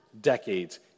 decades